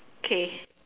okay